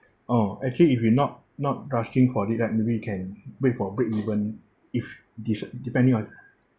oh actually if you not not rushing for this then maybe you can wait for breakeven if de~ depending on